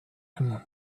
him